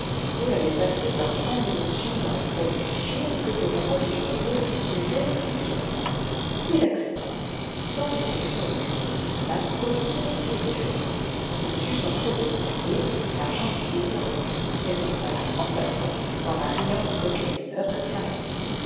paul avait passé par tant d'émotions dans l'espace de huit jours que ces paroles du joaillier ne pouvaient même plus le surprendre il accepta sans réflexion aucune la proposition qui lui était faite reçut sans trop y regarder l'argent qui lui était remis et s'installa sans façon dans la riante et coquette demeure que